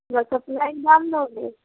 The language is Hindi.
बस उतना ही दाम लोगे